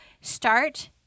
start